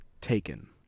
taken